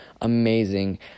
amazing